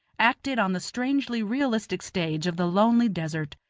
acted on the strangely realistic stage of the lonely desert,